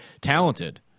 talented